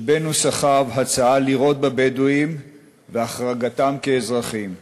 שבין נוסחיו הצעה לירות בבדואים והחרגתם כאזרחים.